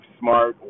smart